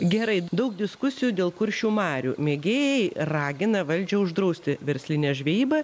gerai daug diskusijų dėl kuršių marių mėgėjai ragina valdžią uždrausti verslinę žvejybą